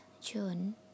June